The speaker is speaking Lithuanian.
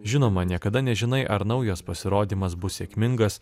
žinoma niekada nežinai ar naujas pasirodymas bus sėkmingas